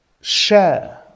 share